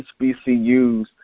HBCUs